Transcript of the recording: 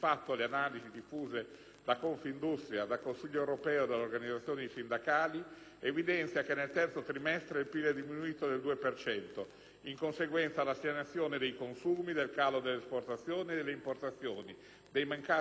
da Confindustria, dal Consiglio europeo e dalle organizzazioni sindacali, evidenzia che nel terzo trimestre 2008 il PIL è diminuito del 2 per cento, in conseguenza della stagnazione dei consumi, del calo delle esportazioni e delle importazioni, dei mancati investimenti delle aziende.